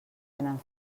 tenen